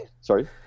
Sorry